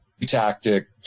tactic